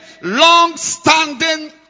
long-standing